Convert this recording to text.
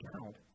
account